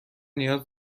نیاز